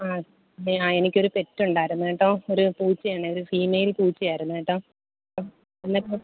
ആ അതെ ആ എനിക്കൊരു പെറ്റ് ഉണ്ടായിരുന്നു കേട്ടോ ഒരു പൂച്ചയാണേ ഒരു ഫീമെയിൽ പൂച്ച ആയിരുന്നു കേട്ടോ എന്നിട്ട്